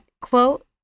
quote